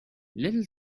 little